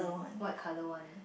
white colour one